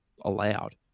allowed